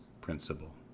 principle